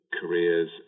careers